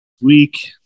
week